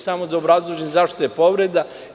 Samo da obrazložim zašto je povreda.